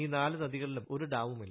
ഈ നാല് നദികളിലും ഒരു ഡാമുമില്ല